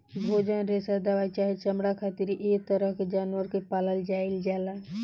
भोजन, रेशा दवाई चाहे चमड़ा खातिर ऐ तरह के जानवर के पालल जाइल जाला